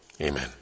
Amen